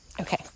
okay